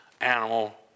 animal